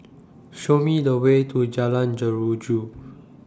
Show Me The Way to Jalan Jeruju